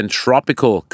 tropical